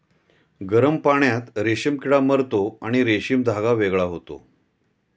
गरम पाण्यात रेशीम किडा मरतो आणि रेशीम धागा वेगळा होतो